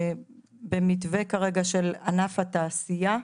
במתווה כרגע של ענף התעשייה.